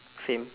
same